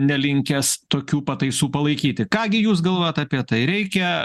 nelinkęs tokių pataisų palaikyti ką gi jūs galvojat apie tai reikia